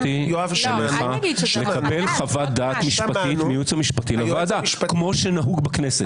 אני מבקש לקבל חוות דעת משפטית מהייעוץ המשפטי לוועדה כמו שנהוג בכנסת.